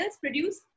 produce